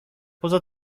poza